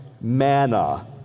manna